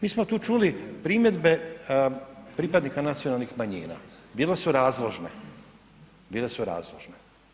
Mi smo tu čuli primjedbe pripadnika nacionalnih manjina, bile su razložne, bile su razložne.